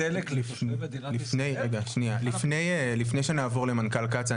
לפני שנעבור למנכ"ל קצא"א,